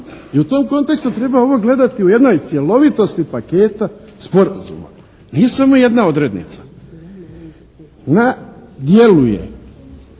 I u tom kontekstu treba ovo gledati u jednoj cjelovitosti paketa sporazuma. Nije samo jedna odrednica. Na dijelu je